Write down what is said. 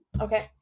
okay